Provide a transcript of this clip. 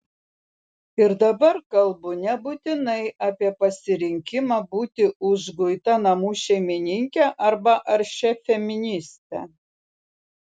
ir dabar kalbu nebūtinai apie pasirinkimą būti užguita namų šeimininke arba aršia feministe